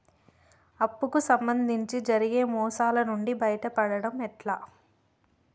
అప్పు కు సంబంధించి జరిగే మోసాలు నుండి బయటపడడం ఎట్లా?